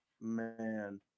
Man